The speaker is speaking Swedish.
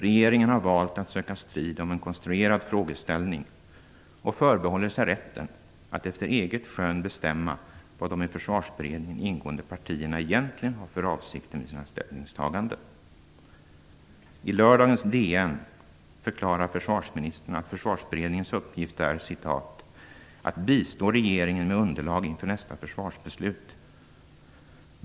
Regeringen har valt att söka strid om en konstruerad frågeställning och förbehåller sig rätten att efter eget skön bestämma vad de i Försvarsberedningen ingående partierna egentligen har för avsikter med sina ställningstaganden. I lördagens DN förklarar försvarsministern att Försvarsberedningens uppgift är "att bistå regeringen med underlag inför nästa försvarsbeslut."